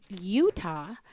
Utah